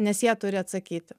nes jie turi atsakyti